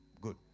good